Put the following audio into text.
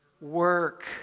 Work